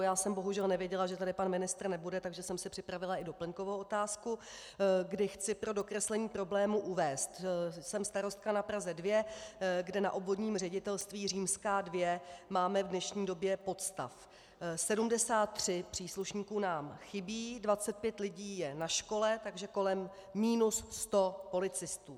Já jsem bohužel nevěděla, že tady pan ministr nebude, takže jsem si připravila i doplňkovou otázku, kdy chci pro dokreslení problému uvést: Jsem starostka na Praze 2, kde na Obvodním ředitelství II máme v dnešní době podstav 73 příslušníků nám chybí, 25 lidí je na škole, takže kolem minus 100 policistů.